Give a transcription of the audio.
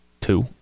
Two